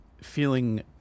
feeling